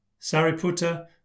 Sariputta